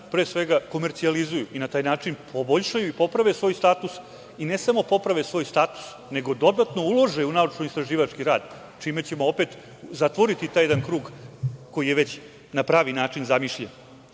rad komercijalizuju i na taj način poboljšaju i poprave svoj status i ne samo da ga poprave, nego da dodatno ulaže u naučno-istraživački rad, čime ćemo opet zatvoriti taj jedan krug koji je već na pravi način zamišljen. Uvođenjem